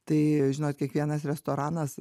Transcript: tai žinot kiekvienas restoranas